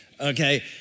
okay